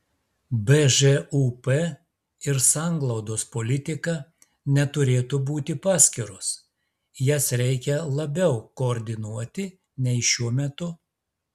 bžūp ir sanglaudos politika neturėtų būti paskiros jas reikia labiau koordinuoti nei šiuo metu